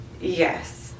Yes